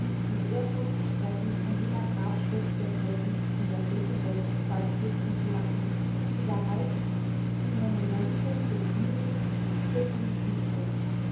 mit ehrfurcht sprechen und jener grabschrift desselben in der kirche selbst beipflichten zu lassen die da heißt si monumentum